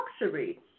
luxury